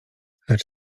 lecz